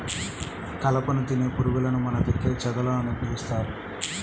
కలపను తినే పురుగులను మన దగ్గర చెదలు అని పిలుస్తారు